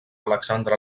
alexandre